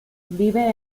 vive